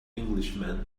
englishman